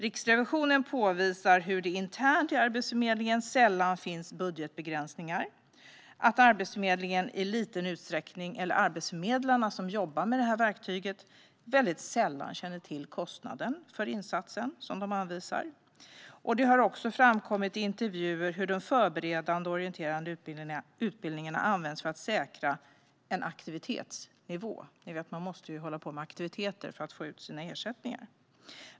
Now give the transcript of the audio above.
Riksrevisionen påvisar att det internt i Arbetsförmedlingen sällan finns budgetbegränsningar och att Arbetsförmedlingen - eller arbetsförmedlarna som jobbar med verktyget - sällan känner till kostnaden för insatsen som de anvisar. Det har också framkommit i intervjuer hur de förberedande orienterande utbildningarna används för att säkra en aktivitetsnivå. Man måste ju hålla på med aktiviteter för att få ut sina ersättningar.